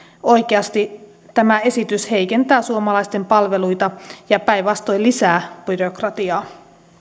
oikeasti tämä esitys heikentää suomalaisten palveluita ja päinvastoin lisää byrokratiaa